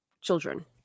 children